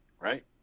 right